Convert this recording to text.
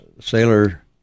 sailor